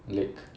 lake